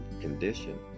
condition